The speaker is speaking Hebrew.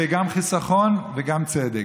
זה גם חיסכון וגם צדק.